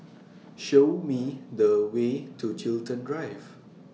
Show Me The Way to Chiltern Drive